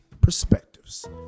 perspectives